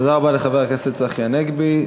תודה רבה לחבר הכנסת צחי הנגבי.